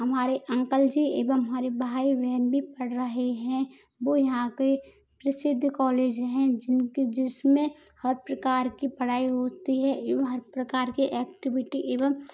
हमारे अंकल जी एवं हमारे भाई बहन भी पढ़ रहे हैं वो यहाँ के प्रसिद्ध कॉलेज हैं जिनके जिसमें हर प्रकार की पढ़ाई होती है एवं हर प्रकार के एक्टिविटी एवं